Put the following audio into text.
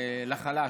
לחלש,